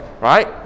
right